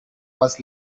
was